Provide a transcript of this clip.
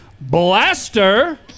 Blaster